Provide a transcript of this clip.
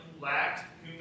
lacked